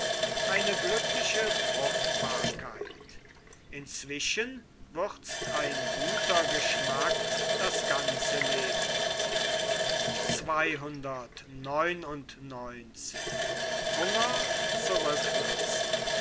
eine glückliche fruchtbarkeit inzwischen würzt ein guter geschmack das ganze leben